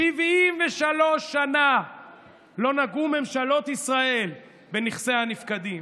73 שנה לא נגעו ממשלות ישראל בנכסי הנפקדים,